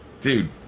Dude